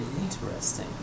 Interesting